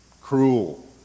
cruel